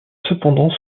cependant